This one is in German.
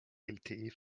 lte